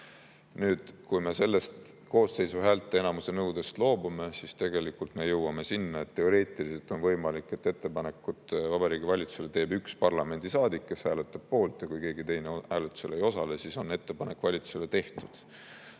Nüüd, kui me sellest koosseisu häälteenamuse nõudest loobume, siis me tegelikult jõuame sinna, et teoreetiliselt on võimalik, et ettepaneku Vabariigi Valitsusele teeb üks parlamendisaadik, kes hääletas poolt, ja kui keegi teine hääletusel ei osale, siis on ettepanek valitsusele tehtud.